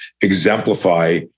exemplify